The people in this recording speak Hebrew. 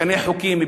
משנה חוקים,